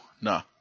Nah